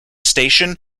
station